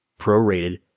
prorated